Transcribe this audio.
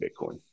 Bitcoin